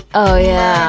oh, yeah